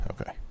Okay